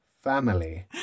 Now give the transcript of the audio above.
Family